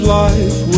life